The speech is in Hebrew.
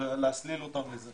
להסליל אותם לזה.